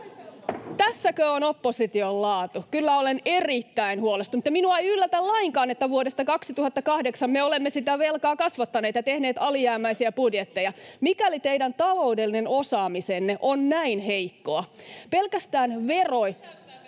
Tässäkö on opposition laatu? Kyllä olen erittäin huolestunut, mutta minua ei yllätä lainkaan, että vuodesta 2008 me olemme sitä velkaa kasvattaneet ja tehneet alijäämäisiä budjetteja, mikäli teidän taloudellinen osaamisenne on näin heikkoa. Pelkästään korkoihin